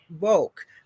woke